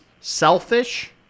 selfish